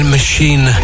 Machine